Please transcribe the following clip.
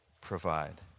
Provide